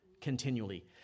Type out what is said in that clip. Continually